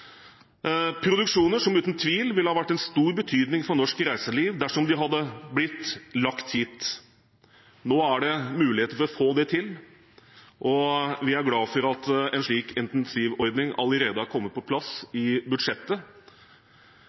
produksjoner som uten tvil ville ha vært av stor betydning for norsk reiseliv dersom de hadde blitt lagt hit. Nå er det muligheter for å få det til, og vi er glad for at en slik intensivordning allerede er kommet på plass i budsjettet.